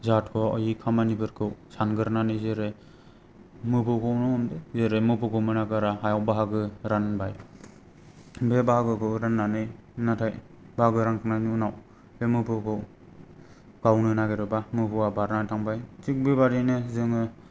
जाथ'यै खामानिफोरखौ सानग्रोनानै जेरै मोफौखौनो हमदो जेरै मोफौखौ मोनागारा हायाव बाहागो रानबाय बे बाहागोखौ राननानै नाथाय बाहागो रानखांनायनि उनाव बे मोफौखौ गावनो नागिरोब्ला मोफौआ बारनानै थांबाय थिक बेबायदिनो जोङो